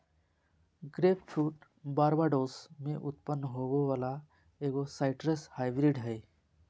grapefruit Barbados में उत्पन्न होबो वला एगो साइट्रस हाइब्रिड हइ